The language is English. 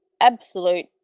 absolute